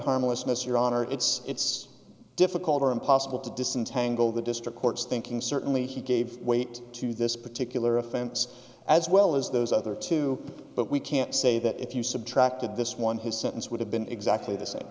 harmlessness your honor it's it's difficult or impossible to disentangle the district court's thinking certainly he gave weight to this particular offense as well as those other two but we can't say that if you subtracted this one his sentence would have been exactly the same